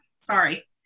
sorry